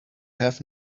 have